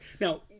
Now